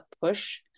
push